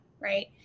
Right